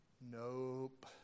Nope